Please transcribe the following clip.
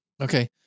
Okay